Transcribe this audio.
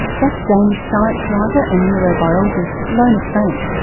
that's danish science writer and neurobiologist lone frank,